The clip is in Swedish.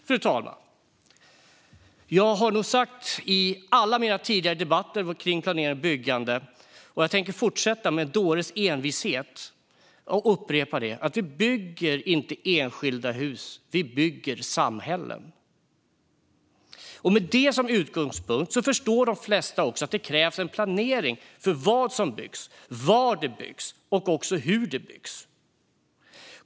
Fru talman! Jag har sagt i alla mina tidigare debatter om planerat byggande, och med en dåres envishet tänker jag fortsätta att upprepa, att vi inte bygger enskilda hus, utan vi bygger samhällen. Med det som utgångspunkt förstår de flesta att det krävs en planering för vad som byggs, var det byggs och hur det byggs.